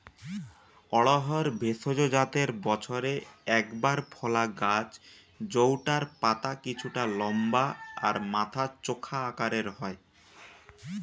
অড়হর ভেষজ জাতের বছরে একবার ফলা গাছ জউটার পাতা কিছুটা লম্বা আর মাথা চোখা আকারের হয়